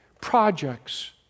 Projects